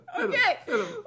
Okay